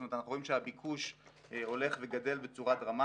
זאת אומרת אנחנו רואים שהביקוש הולך וגדל בצורה דרמטית.